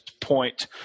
point